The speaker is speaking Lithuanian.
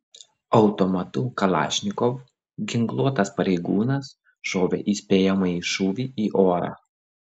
automatu kalašnikov ginkluotas pareigūnas šovė įspėjamąjį šūvį į orą